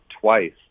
twice